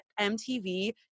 MTV